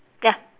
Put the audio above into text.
ya